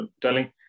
telling